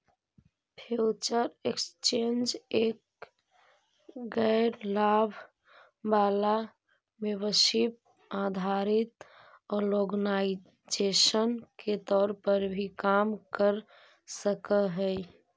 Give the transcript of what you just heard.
future exchange एक गैर लाभ वाला मेंबरशिप आधारित ऑर्गेनाइजेशन के तौर पर भी काम कर सकऽ हइ